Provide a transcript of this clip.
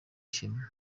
ishema